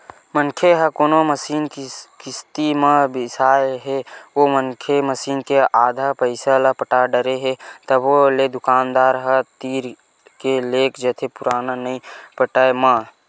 मनखे ह कोनो मसीन किस्ती म बिसाय हे ओ मनखे मसीन के आधा पइसा ल पटा डरे हे तभो ले दुकानदार ह तीर के लेग जाथे पुरा नइ पटाय म